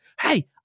hey